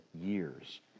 years